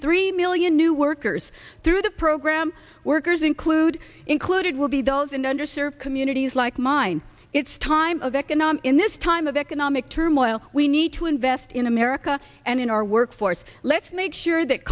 three million new workers through the program workers include included will be those in under served communities like mine it's time of economic in this time of economic turmoil we need to invest in america and in our work force let's make sure that